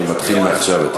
אני מתחיל מעכשיו.